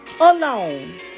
alone